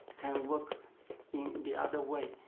can work in the other way.